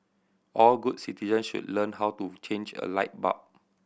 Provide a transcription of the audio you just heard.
all good citizen should learn how to change a light bulb